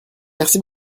merci